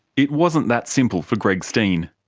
it wasn't that simple for greg steen.